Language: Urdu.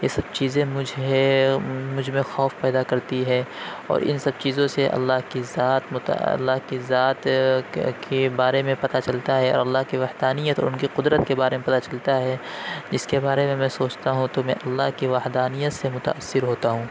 یہ سب چیزیں مجھے مجھ میں خوف پیدا کرتی ہے اور اِن سب چیزوں سے اللہ کی ذات اللہ کی ذات کے کے بارے میں پتہ چلتا ہے اور اللہ کی وحدانیت اور اُن کی قدرت کے بارے میں پتہ چلتا ہے جس کے بارے میں میں سوچتا ہوں تو میں اللہ کی وحدانیت سے متاثر ہوتا ہوں